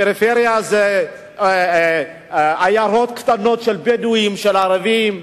פריפריה זה עיירות קטנות של בדואים, של ערבים.